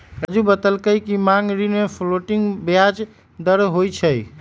राज़ू बतलकई कि मांग ऋण में फ्लोटिंग ब्याज दर होई छई